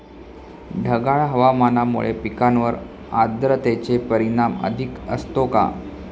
ढगाळ हवामानामुळे पिकांवर आर्द्रतेचे परिणाम अधिक असतो का?